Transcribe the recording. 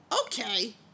Okay